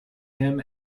him